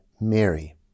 Mary